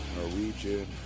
Norwegian